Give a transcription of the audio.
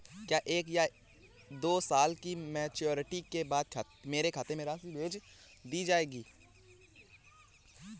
क्या एक या दो साल की मैच्योरिटी के बाद मेरे खाते में राशि भेज दी जाएगी?